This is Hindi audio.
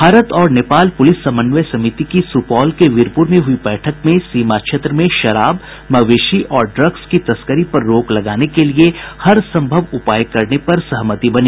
भारत और नेपाल पुलिस समन्वय समिति की सुपौल के वीरपुर में हुई बैठक में सीमा क्षेत्र में शराब मवेशी और ड्रग्स की तस्करी पर रोक लगाने के लिए हर संभव उपाय करने पर सहमति बनी